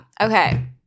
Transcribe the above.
Okay